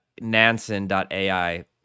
Nansen.ai